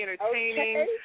entertaining